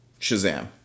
Shazam